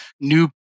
new